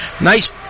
nice